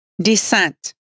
Descent